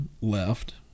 left